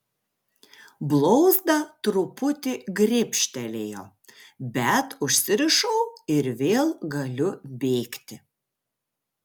blauzdą truputį gribštelėjo bet užsirišau ir vėl galiu bėgti